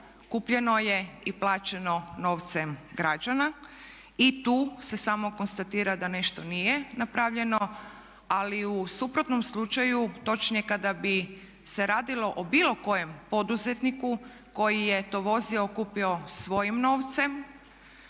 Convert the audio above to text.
kupljeno je i plaćeno novcem građana i tu se samo konstatira da nešto nije napravljeno ali u suprotnom slučaju točnije kada bi se radilo o bilo kojem poduzetniku koji je to vozilo kupio svojim novcem